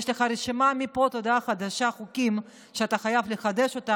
יש לך רשימה של חוקים מפה עד הודעה חדשה שאתה חייב לחדש אותם.